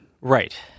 Right